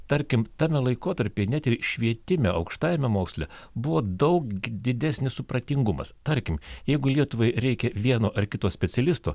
tarkim tame laikotarpyje net ir švietime aukštajame moksle buvo daug didesnis supratingumas tarkim jeigu lietuvai reikia vieno ar kito specialisto